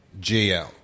GL